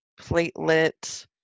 platelet